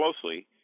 closely